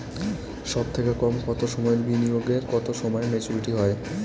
সবথেকে কম কতো সময়ের বিনিয়োগে কতো সময়ে মেচুরিটি হয়?